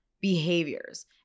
behaviors